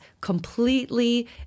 completely